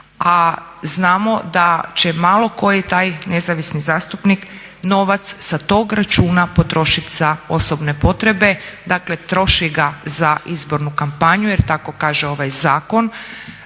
as znamo da će malo koji taj nezavisni zastupnik novac sa tog računa potrošit za osobne potrebe, dakle troši ga za izbornu kampanju jer tako kaže ovaj zakon.